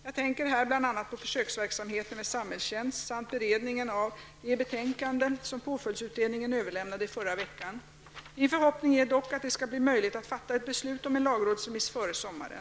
Jag tänker här bl.a. på försöksverksamheten med samhällstjänst samt beredningen av det betänkande som påföljdsutredningen överlämnade i förra veckan. Min förhoppning är dock att det skall bli möjligt att fatta ett beslut om en lagrådsremiss före sommaren.